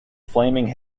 flaming